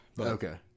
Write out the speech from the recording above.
Okay